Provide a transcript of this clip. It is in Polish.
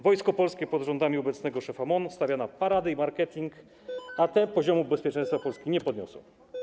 Wojsko Polskie pod rządami obecnego szefa MON stawia na parady i marketing, a te poziomu bezpieczeństwa Polski nie podniosą.